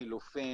לחלופין,